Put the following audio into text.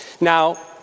Now